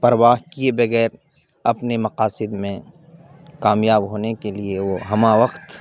پروا کیے بغیر اپنے مقاصد میں کامیاب ہونے کے لیے وہ ہمہ وقت